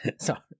Sorry